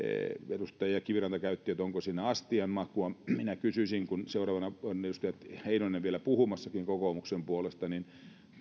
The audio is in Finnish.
edustaja kiviranta kysyi että onko siinä astian makua minä kysyisin kun seuraavana on edustaja heinonen vielä puhumassakin kokoomuksen puolesta että